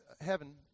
heaven